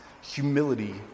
humility